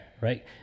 right